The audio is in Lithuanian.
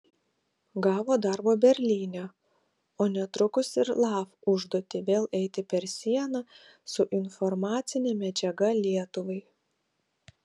gavo darbo berlyne o netrukus ir laf užduotį vėl eiti per sieną su informacine medžiaga lietuvai